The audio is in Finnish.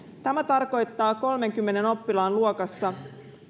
tämä tarkoittaa kolmeenkymmeneen oppilaan luokassa